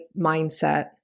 mindset